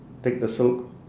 take the silk